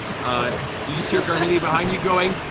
ah you just hear garmelie behind you going